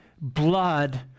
blood